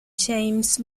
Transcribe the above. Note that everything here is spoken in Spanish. james